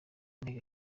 inteko